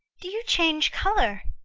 do you change colour?